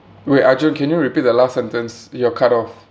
wait arjun can you repeat the last sentence you're cut off